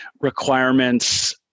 requirements